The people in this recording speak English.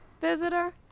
visitor